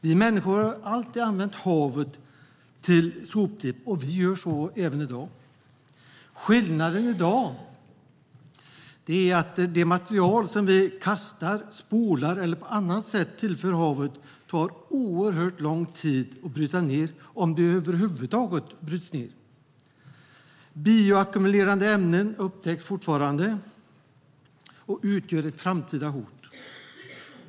Vi människor har alltid använt havet som soptipp, och vi gör så även i dag. Skillnaden i dag är att det material som vi kastar, spolar ned eller på annat sätt tillför havet tar oerhört lång tid att bryta ned - om det över huvud taget bryts ned. Bioackumulerande ämnen upptäcks fortfarande och utgör ett framtida hot.